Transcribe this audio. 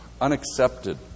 unaccepted